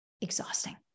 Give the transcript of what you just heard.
exhausting